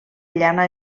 llana